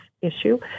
issue